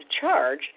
charge